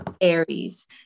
Aries